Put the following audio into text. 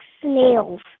snails